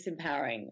disempowering